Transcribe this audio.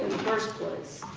first place,